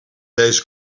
deze